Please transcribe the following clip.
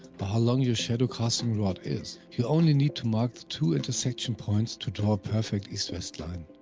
but how long your shadow casting rod is. you only need to mark the two intersection points to draw a perfect east-west line.